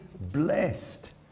blessed